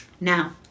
Now